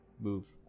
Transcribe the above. move